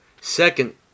Second